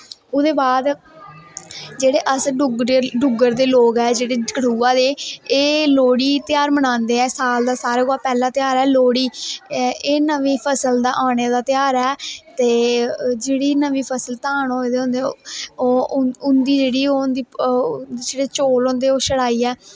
ओह्दे बाद जेह्ड़े अस डुग्गर दे लोग ऐ जेह्ड़े कठुआ दे एह् लोह्ड़ी दा ध्यार बनांदे ऐ साल दा सारें कोला पैह्ल ध्यार ऐ लोह्ड़ी एह् नमीं फसल दा आने दा ध्यार ऐ ते जेह्ड़ी नमीं फसल धान होए दे होंदे ओह् उंदी जेह्ड़ी ओह् होंदी जेह्ड़े चौल होंदे ओह् छटाइयै